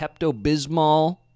Pepto-Bismol